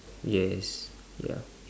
yes